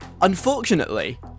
Unfortunately